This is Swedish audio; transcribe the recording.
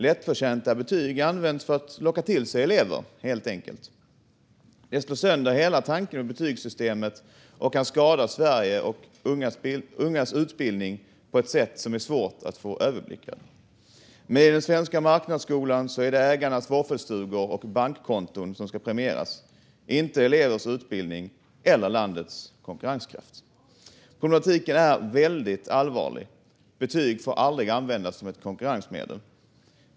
Lättförtjänta betyg används för att locka till sig elever, helt enkelt. Det slår sönder hela tanken med betygssystemet och kan skada Sverige och ungas utbildning på ett sätt som är svårt att överblicka. Med den svenska marknadsskolan är det ägarnas våffelstugor och bankkonton som premieras, inte elevers utbildning eller landets konkurrenskraft. Problematiken är väldigt allvarlig. Betyg får aldrig användas som ett konkurrensmedel.